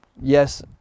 yes